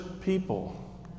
people